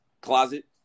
closet